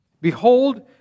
Behold